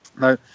No